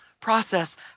process